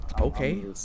Okay